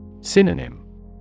Synonym